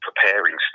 preparing